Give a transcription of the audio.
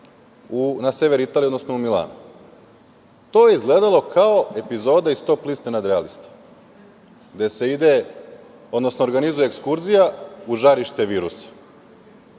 na sever Italije, odnosno u Milano. To je izgledalo kao epizoda iz „Top liste nadrealista“, gde se organizuje ekskurzija u žarište virusa.